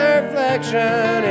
reflection